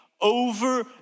over